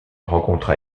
rencontra